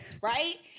right